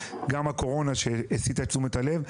גם הקורונה שהסיתה את תשומת הלב,